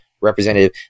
representative